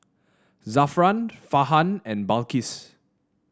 Zafran Farhan and Balqis